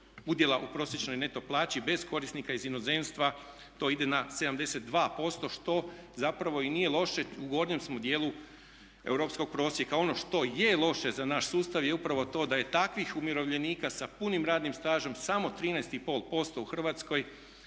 udjela u prosječnoj neto plaći. Bez korisnika iz inozemstva to ide na 72% što zapravo i nije loše, u gornjem smo dijelu europskog prosjeka. Ono što je loše za naš sustav je upravo to da je takvih umirovljenika sa punim radnim stažem samo 13,5% u Hrvatskoj.